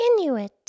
Inuit